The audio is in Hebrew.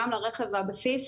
גם לרכב הבסיס.